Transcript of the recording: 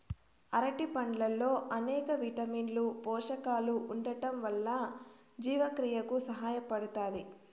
అరటి పండ్లల్లో అనేక విటమిన్లు, పోషకాలు ఉండటం వల్ల జీవక్రియకు సహాయపడుతాది